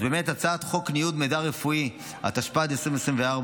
אז באמת הצעת חוק ניוד מידע רפואי, התשפ"ד 2024,